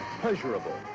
pleasurable